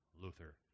Luther